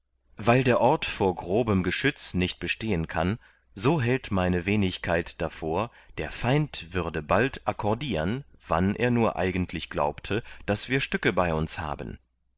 weil der ort vor grobem geschütz nicht bestehen kann so hält meine wenigkeit davor der feind würde bald akkordiern wann er nur eigentlich glaubte daß wir stücke bei uns haben